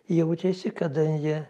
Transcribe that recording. jaučiasi kada jie